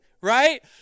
Right